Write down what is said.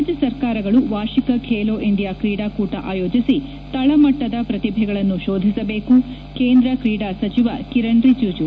ರಾಜ್ಯ ಸರ್ಕಾರಗಳು ವಾರ್ಷಿಕ ಖೇಲೋ ಇಂಡಿಯಾ ಕ್ರೀಡಾಕೂಟ ಆಯೋಜಿಸಿ ತಳಮಟ್ಟದ ಪ್ರತಿಭೆಗಳನ್ನು ಶೋಧಿಸಬೇಕು ಕೇಂದ್ರ ಕ್ರೀಡಾ ಸಚಿವ ಕಿರಣ್ ರಿಜಿಜು